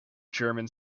german